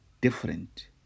different